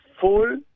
full